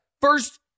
first